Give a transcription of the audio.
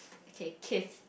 okay Keith